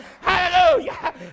Hallelujah